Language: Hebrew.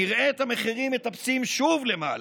נראה את המחירים מטפסים שוב למעלה,